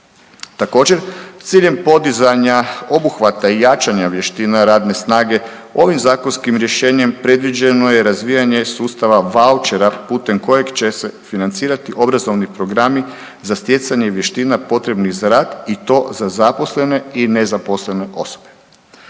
Također, s ciljem podizanja obuhvata i jačanja vještina radne snage, ovim zakonskim rješenjem predviđeno je razvijanje sustava vaučera putem kojeg će se financirati obrazovni programi za stjecanje vještina potrebnih za rad i to za zaposlene i nezaposlenu osobe.